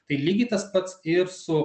tai lygiai tas pats ir su